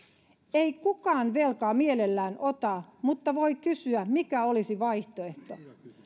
ei kukaan velkaa mielellään ota mutta voi kysyä mikä olisi vaihtoehto